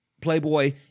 Playboy